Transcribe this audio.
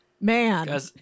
man